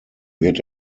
wird